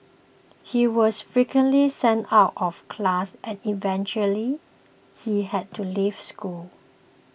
he was frequently sent out of class and eventually he had to leave school